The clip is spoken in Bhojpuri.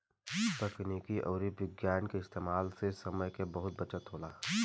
तकनीक अउरी विज्ञान के इस्तेमाल से समय के बहुत बचत होला